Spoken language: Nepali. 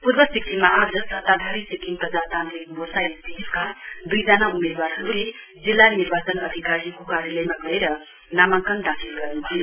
पूर्व सिक्किममा आज सत्ताधारी सिक्किम प्रजातान्त्रिक मोर्चा एसडिएफ का दुईजना उम्मेदवारहरुले जिल्ला निर्वाचन अधिकारीको कार्यालयमा गएर नामाङ्कन दाखिल गर्नुभयो